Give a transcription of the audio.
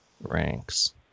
ranks